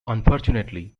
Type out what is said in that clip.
unfortunately